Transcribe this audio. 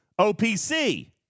OPC